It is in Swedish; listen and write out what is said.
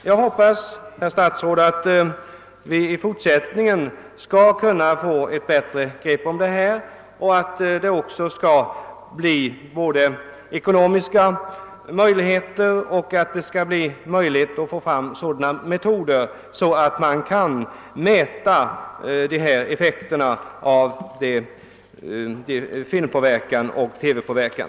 Jag hoppas, herr statsråd, att vi i fortsättningen skall få ett bättre grepp om detta och att vi skall få möjligheter — bl.a. ekonomiska — att få fram sådana metoder att man kan mäta filmpåverkan och TV-påverkan.